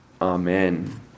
Amen